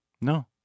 No